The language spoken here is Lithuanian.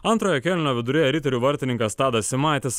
antrojo kėlinio viduryje riterių vartininkas tadas simaitis